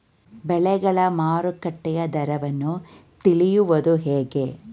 ಬೆಳೆಗಳ ಮಾರುಕಟ್ಟೆಯ ದರವನ್ನು ತಿಳಿಯುವುದು ಹೇಗೆ?